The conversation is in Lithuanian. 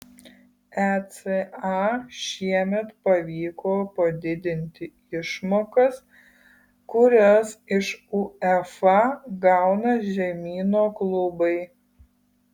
eca šiemet pavyko padidinti išmokas kurias iš uefa gauna žemyno klubai